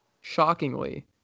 Shockingly